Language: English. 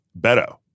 Beto